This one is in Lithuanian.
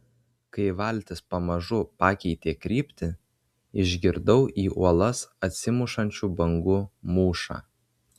kai valtis pamažu pakeitė kryptį išgirdau į uolas atsimušančių bangų mūšą